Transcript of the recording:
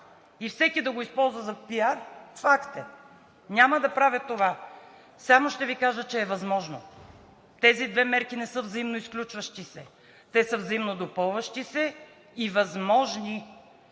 И всеки да го използва за пиар – факт е! Няма да правя това. Само ще Ви кажа, че е възможно. Тези две мерки не са взаимоизключващи се, те са взаимодопълващи се и възможни.